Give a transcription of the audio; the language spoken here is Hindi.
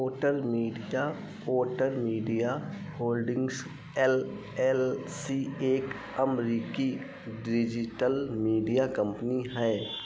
ओटर media Otter media holdings L L C एक अमरिकी डिजिटल मीडिया कम्पनी है